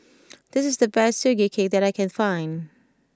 this is the best Sugee Cake that I can find